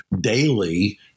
daily